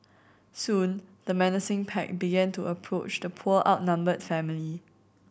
soon the menacing pack began to approach the poor outnumbered family